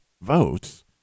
votes